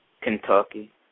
Kentucky